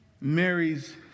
Mary's